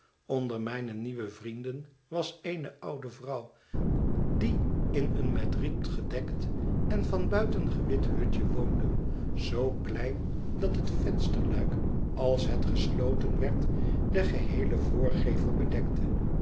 onder mijne nieuwe vrienden was eene oude vrouw die in een met riet gedekt en van buiten gewit hutje woonde zoo klein dat het vensterluik als het gesloten werd den geheelen voorgevel bedekte